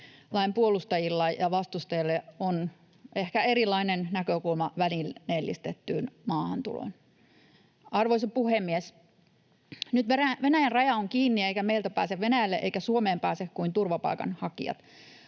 Lain puolustajilla ja vastustajilla on ehkä erilainen näkökulma välineellistettyyn maahantuloon. Arvoisa puhemies! Nyt Venäjän raja on kiinni, eikä meiltä pääse Venäjälle eivätkä Suomeen pääse kuin turvapaikanhakijat.